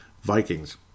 Vikings